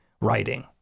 writing